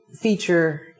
feature